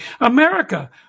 America